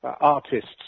artists